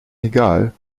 egal